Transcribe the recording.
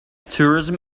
tourism